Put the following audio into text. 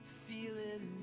feeling